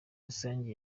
rusange